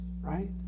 right